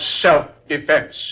self-defense